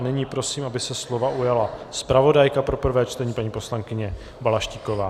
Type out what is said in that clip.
Nyní prosím, aby se slova ujala zpravodajka pro prvé čtení, paní poslankyně Balaštíková.